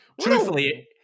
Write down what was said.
truthfully